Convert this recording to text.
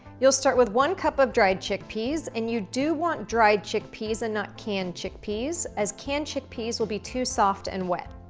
you'll start with one cup of dried chickpeas and you do want dry chickpeas and not canned chickpeas as canned chickpeas will be too soft and wet.